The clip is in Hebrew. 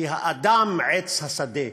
כי האדם עץ השדה.